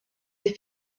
les